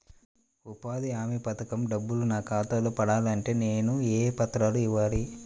ఉపాధి హామీ పథకం డబ్బులు నా ఖాతాలో పడాలి అంటే నేను ఏ పత్రాలు ఇవ్వాలి?